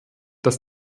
dass